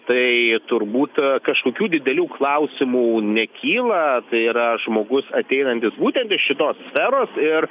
tai turbūt kažkokių didelių klausimų nekyla tai yra žmogus ateinantis būtent iš šitos sferos ir